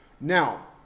Now